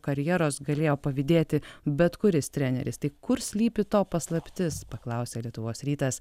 karjeros galėjo pavydėti bet kuris treneris tai kur slypi to paslaptis paklausė lietuvos rytas